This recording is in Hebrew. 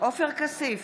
עופר כסיף,